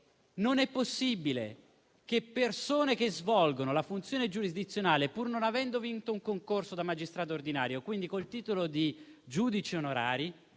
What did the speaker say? non è possibile che persone che svolgono la funzione giurisdizionale, pur non avendo vinto un concorso da magistrato ordinario, quindi col titolo di giudici onorari,